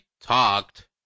talked